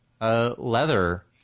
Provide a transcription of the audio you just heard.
leather